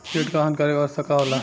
कीट क हानिकारक अवस्था का होला?